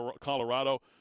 Colorado